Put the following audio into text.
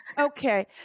okay